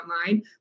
online